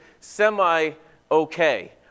semi-okay